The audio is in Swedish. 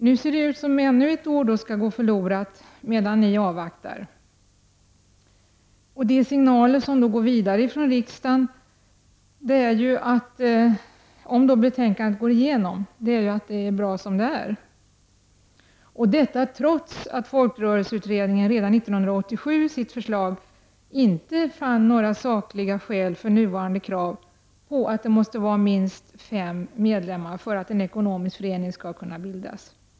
Nu ser det ut som om ännu ett år skall gå förlorat medan ni avvaktar. De signaler som sänds vidare från riksdagen är, om förslaget i betänkandet går igenom, att det är bra som det är. Detta sker trots att folkrörelseutredningen redan 1987 i sitt förslag inte fann några sakliga skäl för nuvarande krav på att det måste vara minst fem medlemmar för att en ekonomisk förening skall kunna bildas.